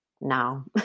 now